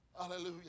Hallelujah